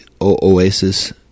Oasis